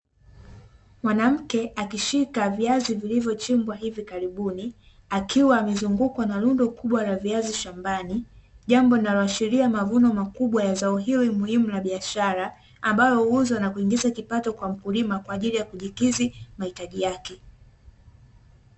Mwanamke akishika viazi vilivyochimbwa hivi karibuni akiwa amezungukwa na rundo kubwa la viazi shambani, jambo linaloashiria mavuno makubwa ya zao hilo la la biashara ambalo huuzwa na kuingiza kipato kwa mkulima kwa ajili ya kujikidhi mahitaji yake.